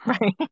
right